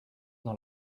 dans